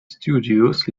studios